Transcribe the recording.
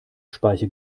speiche